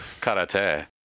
Karate